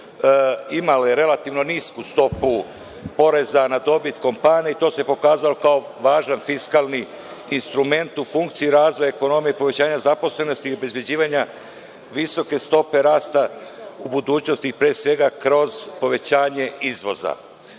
imale relativno nisku stopu poreza na dobit kompanija, i to se pokazalo kao važan fiskalni instrument u funkciji razvoja ekonomije i povećanja zaposlenosti i obezbeđivanja visoke stope rasta u budućnosti, pre svega, kroz povećanje izvoza. Ja